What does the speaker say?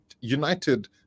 United